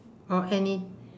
or any